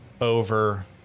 Over